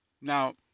Now